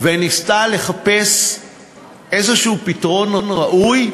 וניסתה לחפש איזה פתרון ראוי,